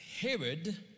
Herod